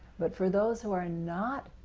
but for those who are not